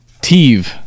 Teve